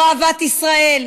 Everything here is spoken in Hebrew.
לא אהבת ישראל,